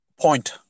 Point